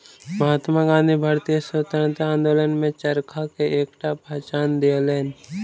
महात्मा गाँधी भारतीय स्वतंत्रता आंदोलन में चरखा के एकटा पहचान दियौलैन